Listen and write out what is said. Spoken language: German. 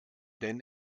denn